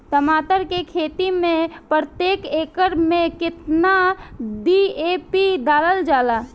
टमाटर के खेती मे प्रतेक एकड़ में केतना डी.ए.पी डालल जाला?